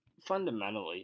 fundamentally